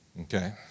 Okay